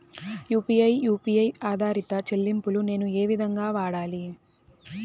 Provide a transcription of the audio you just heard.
UPI U P I ఆధారిత చెల్లింపులు నేను ఏ విధంగా వాడాలి?